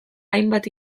hainbat